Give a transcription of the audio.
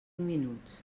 minuts